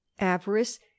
Avarice